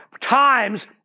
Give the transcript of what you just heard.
times